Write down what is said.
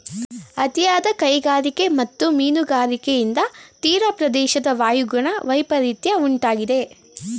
ಅತಿಯಾದ ಕೈಗಾರಿಕೆ ಮತ್ತು ಮೀನುಗಾರಿಕೆಯಿಂದ ತೀರಪ್ರದೇಶದ ವಾಯುಗುಣ ವೈಪರಿತ್ಯ ಉಂಟಾಗಿದೆ